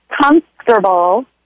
comfortable